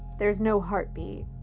there's no heartbeat,